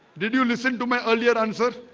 did you listen to my earlier answer?